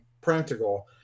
practical